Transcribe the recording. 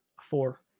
four